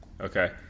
okay